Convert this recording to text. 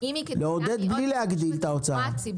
לעודד בלי להגדיל את ההוצאה.